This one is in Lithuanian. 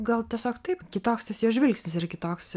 gal tiesiog taip kitoks tas jo žvilgsnis ir kitoks